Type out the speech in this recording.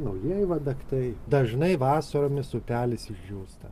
naujieji vadaktai dažnai vasaromis upelis išdžiūsta